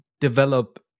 develop